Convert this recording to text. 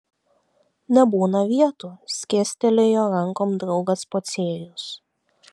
nebūna vietų skėstelėjo rankom draugas pociejus